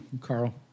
Carl